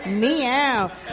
meow